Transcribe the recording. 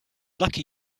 lucky